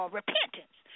repentance